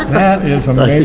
that is